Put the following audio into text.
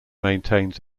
maintains